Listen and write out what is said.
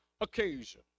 occasion